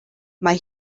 mae